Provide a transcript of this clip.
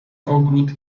ogród